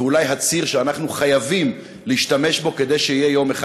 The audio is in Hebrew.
ואולי הציר שאנחנו חייבים להשתמש בו כדי שיהיה יום אחד